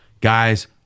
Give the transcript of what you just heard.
Guys